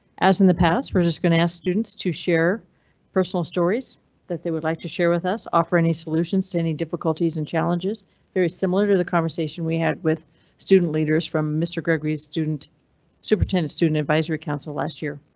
as in the past, we're just going to ask students to share personal stories that they would like to share with us. offer any solutions to any difficulties and challenges very similar to the conversation we had with student leaders from mr gregory's student superintendent student advisory council last year.